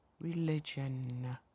religion